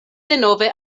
denove